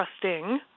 trusting